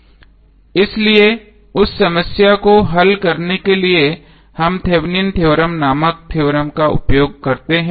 इसलिए उस समस्या को हल करने के लिए हम थेवेनिन थ्योरम Thevenins theorem नामक थ्योरम का उपयोग करते हैं